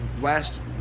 last